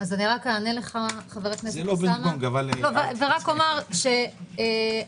רק אענה לך חבר הכנסת אוסאמה ואומר שהאופוזיציה